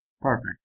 Perfect